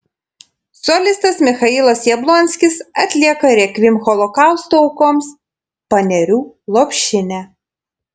solistas michailas jablonskis atlieka rekviem holokausto aukoms panerių lopšinę